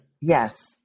Yes